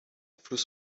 fluss